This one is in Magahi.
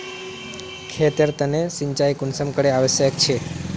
खेतेर तने सिंचाई कुंसम करे आवश्यक छै?